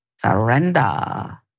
Surrender